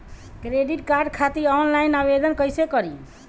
Credit card खातिर online आवेदन कइसे करि?